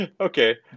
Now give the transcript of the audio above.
Okay